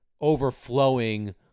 overflowing